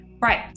Right